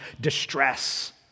distress